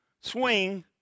swing